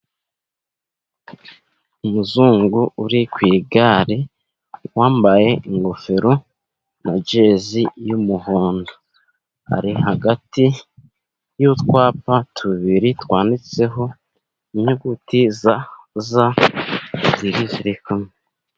Umuzungu uri ku igare wambaye ingofero na jezi y'umuhondo, ari hagati y'utwapa tubiri twanditseho inyuguti za Z ebyiri ziri hamwe.